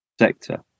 sector